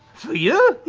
for you?